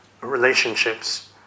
relationships